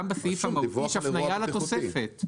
גם בסעיף המהותי יש הפניה לתוספת.